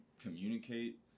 communicate